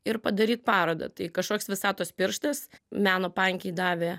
ir padaryt parodą tai kažkoks visatos pirštas meno pankei davė